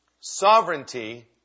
Sovereignty